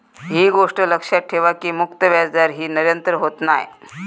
ही गोष्ट लक्षात ठेवा की मुक्त व्याजदर ही निरंतर होत नाय